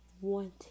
wanting